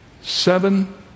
seven